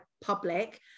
public